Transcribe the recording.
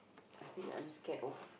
I think I'm scared of